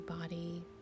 body